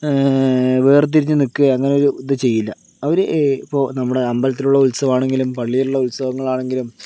വേർതിരിഞ്ഞു നിക്കുവോ അങ്ങനെ ഒരു ഇത് ചെയ്യില്ല അവര് ഇപ്പോൾ നമ്മുടെ അമ്പലത്തിലുള്ള ഉത്സവം ആണെങ്കിലും പള്ളിയിലുള്ള ഉത്സവങ്ങൾ ആണെങ്കിലും